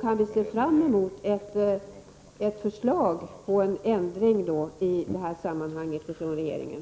Kan vi se fram emot ett förslag på en ändring i detta sammanhang ifrån regeringen?